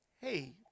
Hey